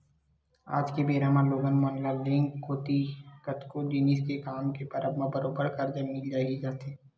आज के बेरा म लोगन मन ल बेंक कोती ले कतको जिनिस के काम के परब म बरोबर करजा मिल ही जाथे